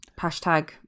Hashtag